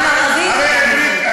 גם ערבית וגם עברית.